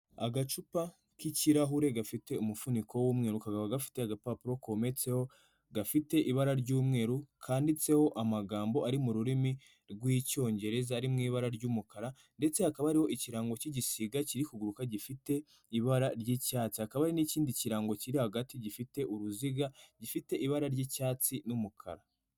Agacupa k'ikirahure gafite umufuniko w'umweru kakaba gafite agapapuro kometseho gafite ibara ry'umweru kanditseho amagambo ari mu rurimi rw'Icyongereza ari mu ibara ry'umukara, ndetse hakaba hariho ikirango cy'igisiga kiri kuguruka gifite ibara ry'icyatsi. Hakaba n'ikindi kirango kiri hagati gifite uruziga gifite ibara ry'icyatsi n'umukara.